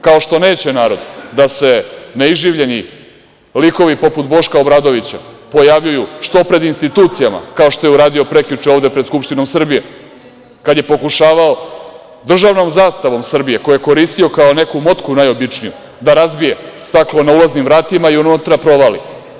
Kao što neće narod da se neiživljeni likovi, poput Boška Obradovića, pojavljuju što pred institucijama, kao što je uradio prekjuče ovde pred Skupštinom Srbije, kad je pokušavao državnom zastavom Srbije koju je koristio kao neku motku najobičniju da razbije staklo na ulaznim vratima i unutra provali.